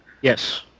Yes